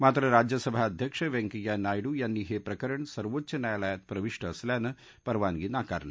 मात्र राज्यसभा अध्यक्ष व्यंकय्या नायडू यांनी हप्रिकरण सर्वोच्च न्यायालयात प्रविष्ट असल्यानं परवानगी नाकारली